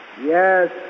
Yes